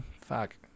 fuck